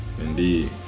indeed